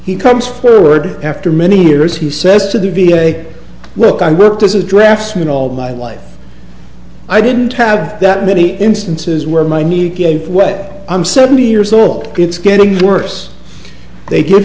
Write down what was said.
he comes forward after many years he says to the v a look i worked as a draftsman all my life i didn't have that many instances where my need gave what i'm seventy years old it's getting worse they give